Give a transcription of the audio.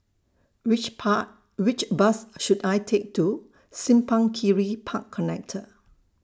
Which Pa Which Bus should I Take to Simpang Kiri Park Connector